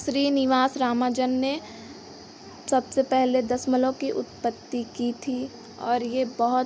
श्रीनिवास रामानुजन ने सबसे पहले दशमलव की उत्पत्ति की थी और यह बहुत